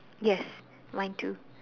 yes mine too